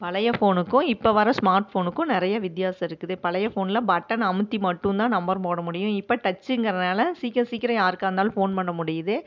பழைய ஃபோனுக்கும் இப்போ வர்ற ஸ்மார்ட் ஃபோனுக்கும் நிறைய வித்தியாசம் இருக்குது பழைய ஃபோன்ல பட்டன் அமுத்தி மட்டும் தான் நம்பர் போட முடியும் இப்போ டச்சுங்கிறதனால சீக்கிரம் சீக்கிரம் யாருக்காக இருந்தாலும் ஃபோன் பண்ண முடியுது